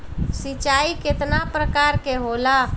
सिंचाई केतना प्रकार के होला?